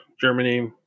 Germany